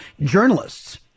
journalists